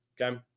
okay